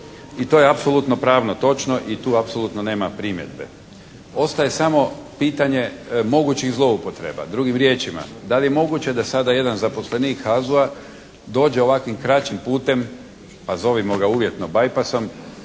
i to je apsolutno pravo točno i tu apsolutno nema primjedbe. Ostaje samo pitanje mogućih zloupotreba. Drugim riječima da li je moguće da sada jedan zaposlenik ZAZO-a dođe ovakvim kraćim putem pa zovimo ga uvjetno bajpasom,